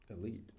Elite